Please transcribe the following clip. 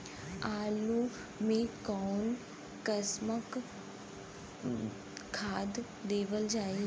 आलू मे कऊन कसमक खाद देवल जाई?